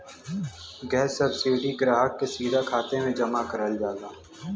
gas subsidy ग्राहक के सीधा खाते में जमा करल जाला